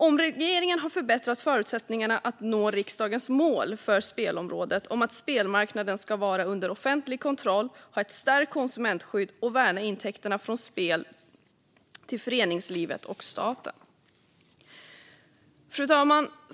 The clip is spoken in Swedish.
Omregleringen har förbättrat förutsättningarna att nå riksdagens mål för spelområdet, det vill säga att spelmarknaden ska vara under offentlig kontroll, ha ett starkt konsumentskydd och värna intäkterna från spel till föreningslivet och staten. Fru talman!